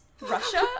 Russia